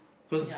cause